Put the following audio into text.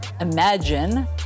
Imagine